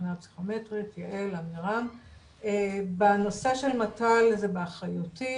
בחינה פסיכומטרית --- בנושא של מת"ל זה באחריותי,